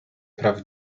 praw